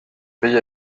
pays